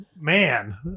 man